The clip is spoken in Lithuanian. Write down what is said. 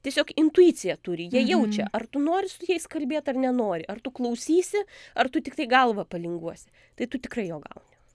tiesiog intuiciją turi jie jaučia ar tu nori su jais kalbėt ar nenori ar tu klausysi ar tu tiktai galva palinguosi tai tu tikrai jo gauni